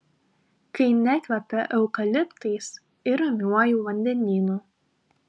kai nekvepia eukaliptais ir ramiuoju vandenynu